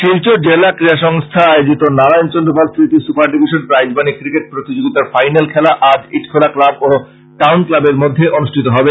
শিলচর জেলা ক্রীড়া সংস্থা আয়োজিত নারায়ন চন্দ্র পাল স্মৃতি সুপার ডিভিশন প্রাইহমানী ক্রিকেট প্রতিযীতার ফাইনাল খেলা আজ ইটখোলা ক্লাব ও টাউন ক্লাবের মধ্যে অনুষ্টিত হবে